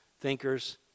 thinkers